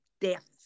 deaths